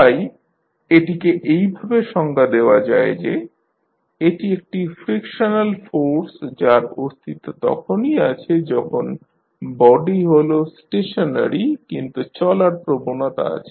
তাই এটিকে এইভাবে সংজ্ঞা দেওয়া যায় যে এটি একটি ফ্রিকশনাল ফোর্স যার অস্তিত্ব তখনই আছে যখন বডি হল ষ্টেশনারী কিন্তু চলার প্রবণতা আছে